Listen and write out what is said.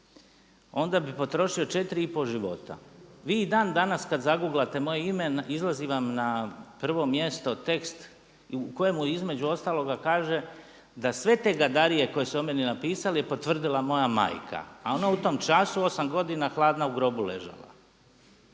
onda bi potrošio 4,5 života. Vi i dan danas kad zaguglate moje ime izlazi vam na prvom mjestu tekst u kojemu između ostaloga kaže da sve te gadarije koje su o meni napisali je potvrdila moja majka. A ona u tom času 8 godina hladna u grobu ležala.